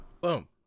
Boom